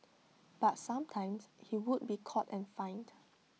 but sometimes he would be caught and fined